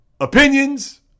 opinions